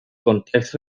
context